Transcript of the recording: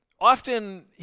often